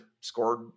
scored